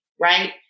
right